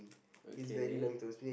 okay